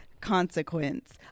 consequence